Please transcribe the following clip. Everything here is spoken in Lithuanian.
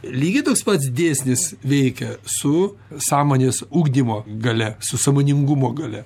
lygiai tos pats dėsnis veikia su sąmonės ugdymo galia su sąmoningumo galia